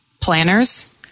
planners